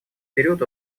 период